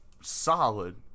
solid